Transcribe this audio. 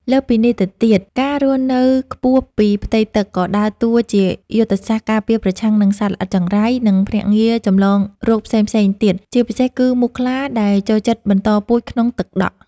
លើសពីនេះទៅទៀត ការរស់នៅខ្ពស់ពីផ្ទៃទឹកក៏ដើរតួជាយុទ្ធសាស្ត្រការពារប្រឆាំងនឹងសត្វល្អិតចង្រៃ និងភ្នាក់ងារចម្លងរោគផ្សេងៗទៀត ជាពិសេសគឺមូសខ្លាដែលចូលចិត្តបន្តពូជក្នុងទឹកដក់។